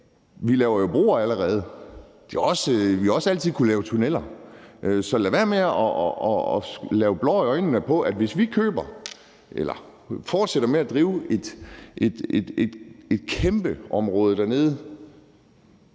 vi laver jo allerede broer, og vi har også altid kunnet lave tunneller. Så lad være med at stikke folk blår i øjnene, med hensyn til at hvis vi fortsætter med at drive et kæmpe område dernede,